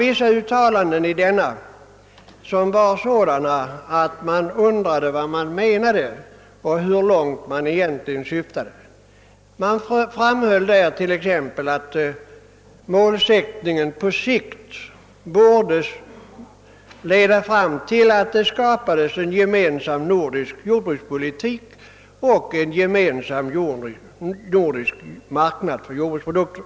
Vissa uttalanden i rapporten var sådana, att man undrade vad som menades och hur långt gruppen egentligen syftade. Det framhölls exempelvis att målsättningen på sikt borde leda fram till att det skapades en gemensam nordisk jordbrukspolitik och en gemensam nordisk marknad för jordbruksprodukter.